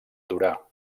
durar